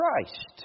Christ